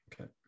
Okay